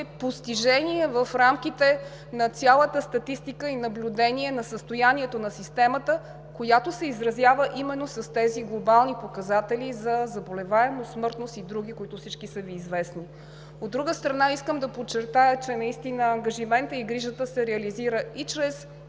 постижение в рамките на цялата статистика и наблюдение на състоянието на системата, която се изразява именно с тези глобални показатели за заболеваемост, смъртност и други, които са Ви известни на всички. От друга страна, искам да подчертая, че наистина ангажиментът и грижата се реализират и чрез